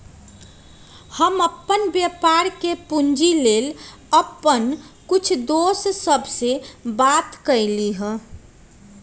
हम अप्पन व्यापार के पूंजी लेल अप्पन कुछ दोस सभ से बात कलियइ ह